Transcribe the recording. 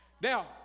Now